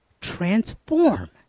transform